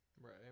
Right